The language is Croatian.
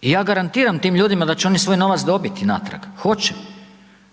I ja garantiram tim ljudima da će oni svoj novac dobiti natrag, hoće.